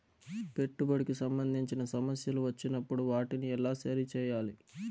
పెట్టుబడికి సంబంధించిన సమస్యలు వచ్చినప్పుడు వాటిని ఎలా సరి చేయాలి?